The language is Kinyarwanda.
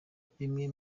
bimwe